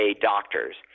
doctors